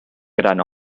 gran